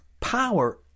power